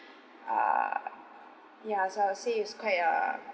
uh ya I would say it was quite uh